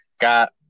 got